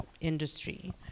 industry